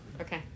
Okay